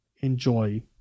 enjoy